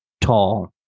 tall